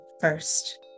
first